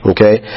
Okay